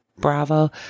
bravo